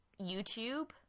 YouTube